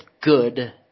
good